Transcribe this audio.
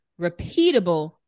repeatable